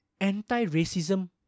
anti-racism